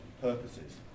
purposes